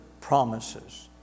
promises